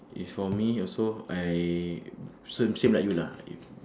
if for me also I same same like you lah in